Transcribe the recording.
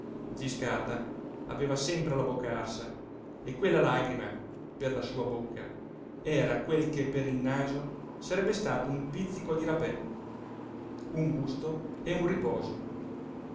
zi scarda aveva sempre la bocca arsa e quella lagrima per la sua bocca era quel che per il naso sarebbe stato un pizzico di rapè un gusto e un riposo